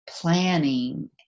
planning